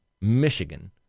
Michigan